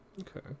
Okay